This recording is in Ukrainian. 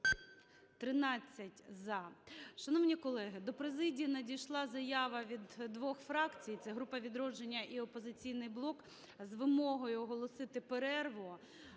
За-13 Шановні колеги! До президії надійшла заява від двох фракцій – це група "Відродження" і "Опозиційний блок" – з вимогою оголосити перерву.